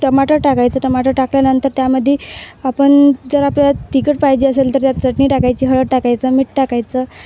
टमाटर टाकायचं टमाटर टाकल्यानंतर त्यामध्ये आपण जर आपल्याला तिखट पाहिजे असेल तर त्यात चटणी टाकायची हळद टाकायचं मीठ टाकायचं